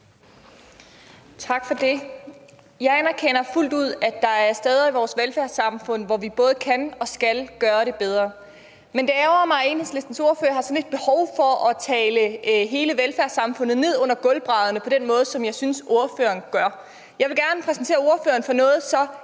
Tak for det. Jeg anerkender fuldt ud, at der er steder i vores velfærdssamfund, hvor vi både kan og skal gøre det bedre, men det ærgrer mig, at Enhedslistens ordfører har sådan et behov for at tale hele velfærdssamfundet ned under gulvbrædderne på den måde, som jeg synes ordføreren gør. Jeg vil gerne præsentere ordføreren for noget så helt